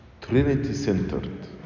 Trinity-centered